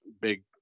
big